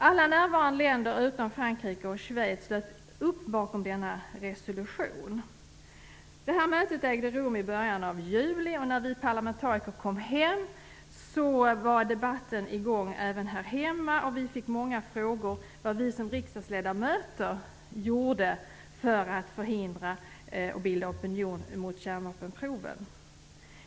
Alla närvarande länder utom Frankrike och Schweiz slöt upp bakom denna resolution. Mötet ägde rum i början av juli, och när vi parlamentariker kom tillbaka var debatten i gång även här hemma. Vi fick många frågor om vad vi som riksdagsledamöter gjorde för att förhindra kärnvapenproven och bilda opinion mot dem.